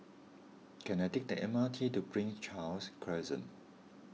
can I take the M R T to Prince Charles Crescent